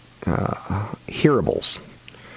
hearables